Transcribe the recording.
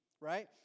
right